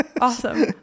awesome